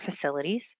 facilities